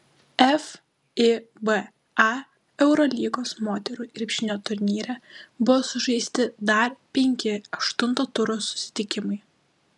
fiba eurolygos moterų krepšinio turnyre buvo sužaisti dar penki aštunto turo susitikimai